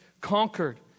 conquered